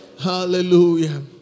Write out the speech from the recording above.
Hallelujah